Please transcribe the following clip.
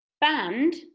Band